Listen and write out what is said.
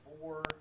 four